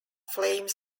flames